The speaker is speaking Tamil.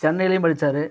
சென்னையிலேயும் படிச்சார்